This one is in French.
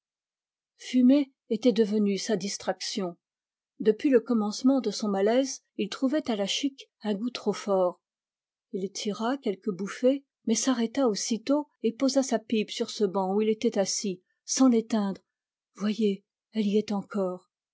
fumer était devenu sa distraction depuis le commencement de son malaise il trouvait à la chique un goût trop fort il tira quelques bouffées mais s'arrêta aussitôt et posa sa pipe sur ce banc où il était assis sans l'éteindre voyez elle y est encore